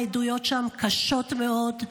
העדויות משם קשות מאוד,